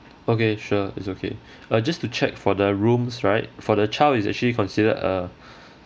okay sure it's okay uh just to check for the rooms right for the child is actually considered a